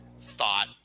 thought